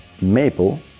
maple